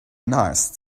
nice